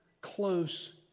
close